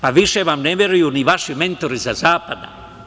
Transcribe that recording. Pa, više vam ne veruju ni vaši mentori sa zapada.